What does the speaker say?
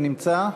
נמצא?